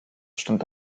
stand